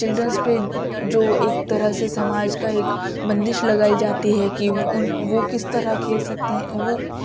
children's پہ جو ایک طرح سے سماج کا ایک بندش لگائی جاتی ہے کہ ان وہ کس طرح کھیل سکتے ہیں وہ